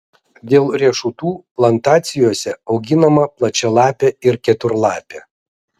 dėl riešutų plantacijose auginama plačialapė ir keturlapė